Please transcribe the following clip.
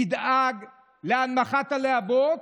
תדאג להנמכת הלהבות,